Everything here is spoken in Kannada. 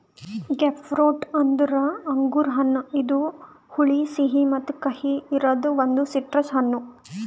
ಗ್ರೇಪ್ಫ್ರೂಟ್ ಅಂದುರ್ ಅಂಗುರ್ ಹಣ್ಣ ಇದು ಹುಳಿ, ಸಿಹಿ ಮತ್ತ ಕಹಿ ಇರದ್ ಒಂದು ಸಿಟ್ರಸ್ ಹಣ್ಣು